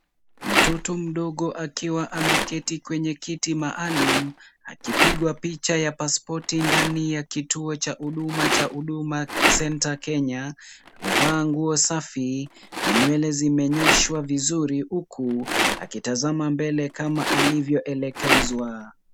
Mtoto mdogo akiwa ameketi kwenye kiti maalum, akipigwa picha ya pasipoti ndani ya kituo cha huduma, cha huduma center Kenya. Amevaa nguo safi na nywele zimenyooshwa vizuri huku akitazama mbele kama alivyo elekezwa.